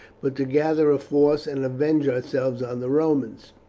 but to gather a force and avenge ourselves on the romans.